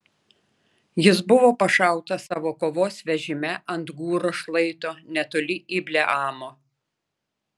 jis buvo pašautas savo kovos vežime ant gūro šlaito netoli ibleamo